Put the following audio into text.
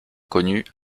connues